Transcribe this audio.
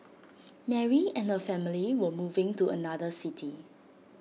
Mary and her family were moving to another city